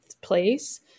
place